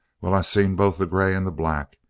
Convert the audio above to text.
well, i seen both the grey and the black,